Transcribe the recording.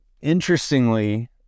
interestingly